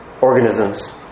organisms